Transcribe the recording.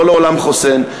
לא לעולם חוסן.